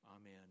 Amen